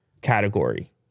category